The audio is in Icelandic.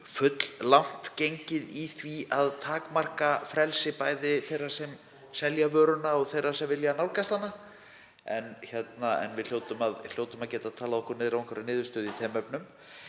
full langt gengið í því að takmarka frelsi, bæði þeirra sem selja vöruna og þeirra sem vilja nálgast hana. En við hljótum að geta talað okkur niður á einhverja niðurstöðu í þeim efnum.